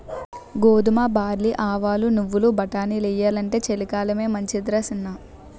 గోధుమ, బార్లీ, ఆవాలు, నువ్వులు, బటానీలెయ్యాలంటే చలికాలమే మంచిదరా సిన్నా